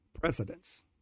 precedents